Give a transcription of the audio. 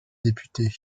députée